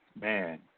man